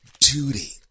duty